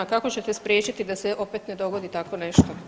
Kako ćete spriječiti da se opet ne dogodi tako nešto?